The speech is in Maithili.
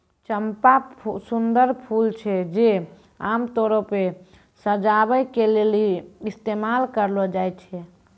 चंपा सुंदर फूल छै जे आमतौरो पे सजाबै के लेली इस्तेमाल करलो जाय छै